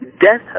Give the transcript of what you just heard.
Death